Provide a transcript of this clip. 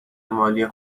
مالی